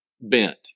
bent